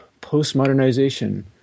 Postmodernization